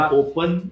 open